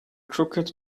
crooked